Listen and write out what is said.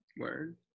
Word